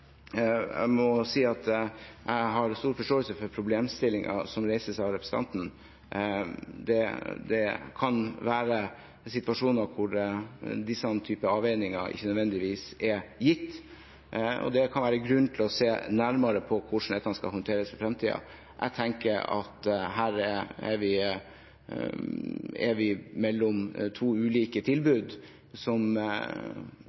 Jeg må si at jeg har stor forståelse for problemstillingen som reises av representanten. Det kan være situasjoner hvor disse typer avveininger ikke nødvendigvis er gitt, og det kan være grunn til å se nærmere på hvordan dette skal håndteres i fremtiden. Jeg tenker at her er vi mellom to ulike